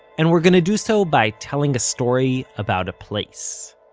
and we're gonna do so by telling a story about a place